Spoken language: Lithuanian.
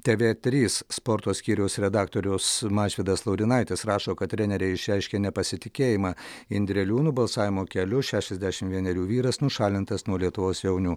tv trys sporto skyriaus redaktorius mažvydas laurinaitis rašo kad treneriai išreiškė nepasitikėjimą indreliūnu balsavimo keliu šešiasdešimt vienerių vyras nušalintas nuo lietuvos jaunių